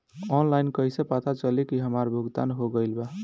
Online कईसे पता चली की हमार भुगतान हो गईल बा?